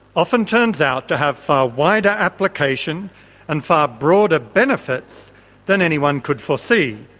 often turns out to have far wider application and far broader benefits than anyone could foresee.